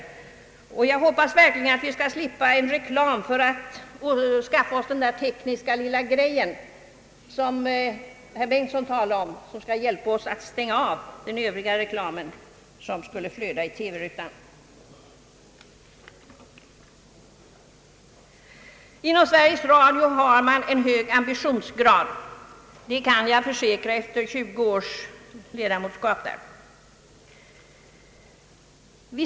Jag hoppas verkligen att vi skall slippa en reklam för att skaffa oss den där tekniska lilla grejen som herr Bengtson talar om och som skall hjälpa oss att stänga av den övriga reklam som skulle komma att flöda i TV-rutan. Inom Sveriges Radio har man en hög ambitionsgrad. Det kan jag försäkra efter 20 års styrelseledamotskap där.